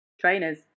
trainers